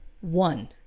One